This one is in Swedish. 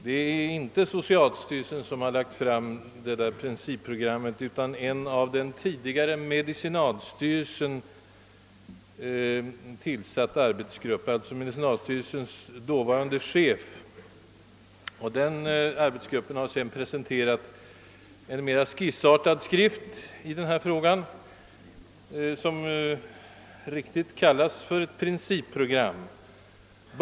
Det är inte socialstyrelsen som har lagt fram detta principprogram utan en av den tidigare medicinalstyrelsens dåvarande chef den 4 december 1967 tillsatt arbetsgrupp som presenterat en skissartad skrift i denna fråga. Den kallas dock alldeles riktigt ett principprogram.